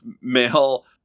male